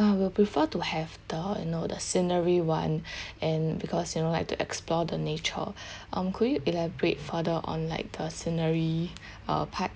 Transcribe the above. I will prefer to have the you know the scenery one and because you know like to explore the nature um could you elaborate further on like the scenery uh part